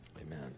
Amen